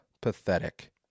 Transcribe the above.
pathetic